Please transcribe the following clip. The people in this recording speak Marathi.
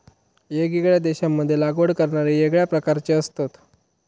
येगयेगळ्या देशांमध्ये लागवड करणारे येगळ्या प्रकारचे असतत